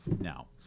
now